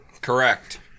Correct